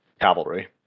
cavalry